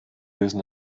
lösen